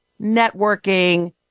networking